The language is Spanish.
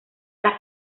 las